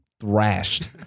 thrashed